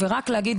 באשר לתוכנית